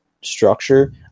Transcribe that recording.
structure